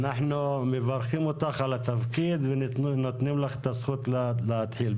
אנחנו מברכים אותך על התפקיד ונותנים לך את הזכות להתחיל,